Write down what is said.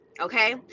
Okay